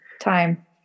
time